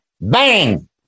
bang